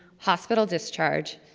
hospital discharge,